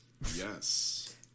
Yes